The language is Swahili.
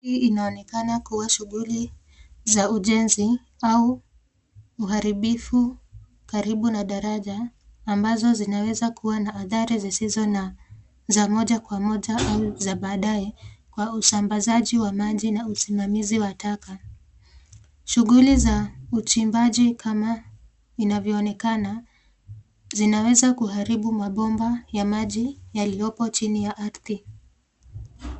Hii inaonekana kua shughuli za ujenzi au uharibifu karibu na daraja ambazo zinawezakua na athari zizizo na za moja kwa moja au za baadaye kwa usambasaji wa maji na usimamizi wa taka.